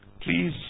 please